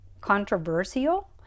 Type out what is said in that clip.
controversial